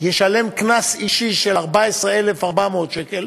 ישלם קנס אישי של 14,400 שקל